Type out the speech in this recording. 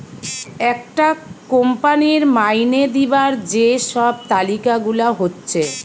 একটা কোম্পানির মাইনে দিবার যে সব তালিকা গুলা হচ্ছে